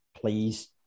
Please